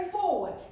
forward